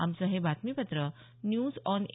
आमचं हे बातमीपत्र न्यूज आॅन ए